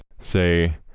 Say